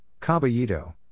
caballito